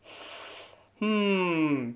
hmm